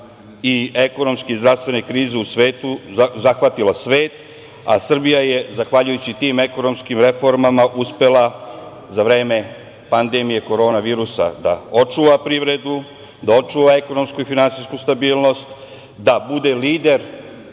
i ekonomska i zdravstvena kriza zahvatila svet, a Srbija je zahvaljujući tim ekonomskim reformama uspela za vreme pandemije korona virusa da očuva privredu, da očuva ekonomsku i finansijsku stabilnost, da bude lider